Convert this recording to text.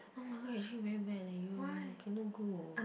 oh my god you're actually very bad leh you K no good